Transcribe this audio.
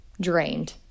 drained